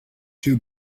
two